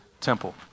temple